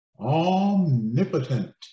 Omnipotent